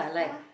(uh huh)